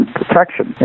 protection